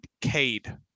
Cade